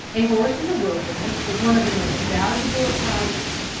a horse in the wilderness was one of the most valuable of prizes.